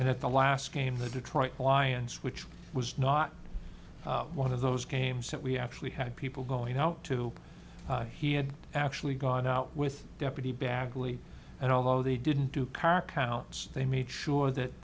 at the last came the detroit lions which was not one of those games that we actually had people going out to he had actually gone out with deputy bagley and although they didn't do car counts they made sure that